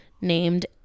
named